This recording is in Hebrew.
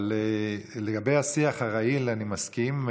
אבל לגבי השיח הרעיל אני מסכים,